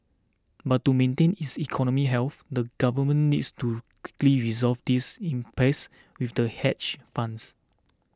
but to maintain its economic health the government needs to quickly resolve this impasse with the hedge funds